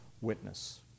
witness